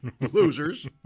Losers